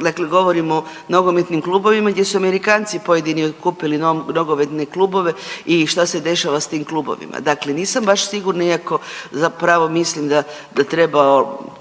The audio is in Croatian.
dakle govorimo o nogometnim klubovima gdje su Amerikanci pojedini otkupili nogometne klubove i šta se dešava s tim klubovima, dakle nisam baš sigurna iako zapravo mislim da, da treba